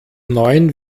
neun